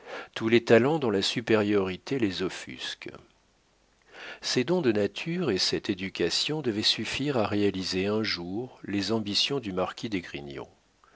tous les talents dont la supériorité les offusque ces dons de nature et cette éducation devaient suffire à réaliser un jour les ambitions du marquis d'esgrignon